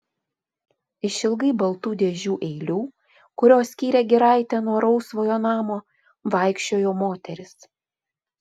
išilgai baltų dėžių eilių kurios skyrė giraitę nuo rausvojo namo vaikščiojo moteris